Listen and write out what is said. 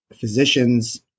physicians